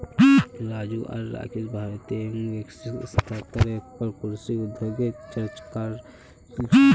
राजू आर राकेश भारतीय एवं वैश्विक स्तरेर पर कृषि उद्योगगेर चर्चा क र छीले